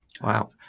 Wow